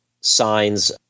signs